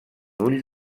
ull